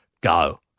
go